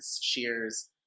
Shears